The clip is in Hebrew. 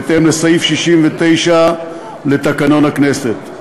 בהתאם לסעיף 69 לתקנון הכנסת.